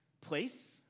Place